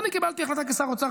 אז אני קיבלתי החלטה כשר אוצר,